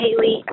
Haley